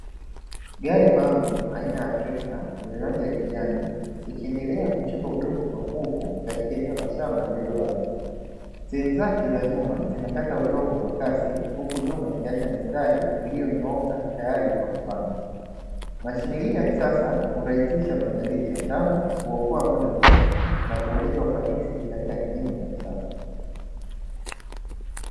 Gari maalum aina ya trekta yenye rangi ya kijani, ikiendelea kuchimba udongo kwa nguvu katika eneo la shamba lililo wazi. Sehemu zake za nyuma zinakata udongo kwa kasi huku nyuma ikiacha mistari iliyonyooka tayari kwa kupandwa. Mashine hii ya kisasa hurahisisha maandalizi ya shamba, huokoa muda mwingi na kuongeza ufanisi katika kilimo cha kisasa.